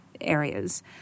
areas